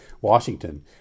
Washington